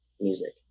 Music